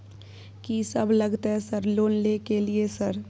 कि सब लगतै सर लोन ले के लिए सर?